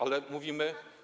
Ale mówimy.